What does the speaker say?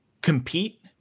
compete